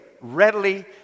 readily